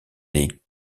des